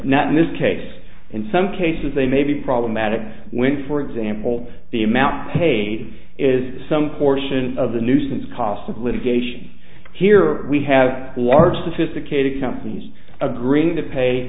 not in this case in some cases they may be problematic when for example the amount paid is some portion of the nuisance cost of litigation here we have large sophisticated companies agreeing to pay